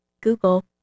Google